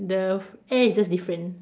the air is just different